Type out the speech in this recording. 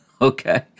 okay